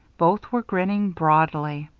both were grinning broadly.